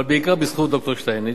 אבל בעיקר בזכות ד"ר שטייניץ,